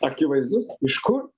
akivaizdus iš kur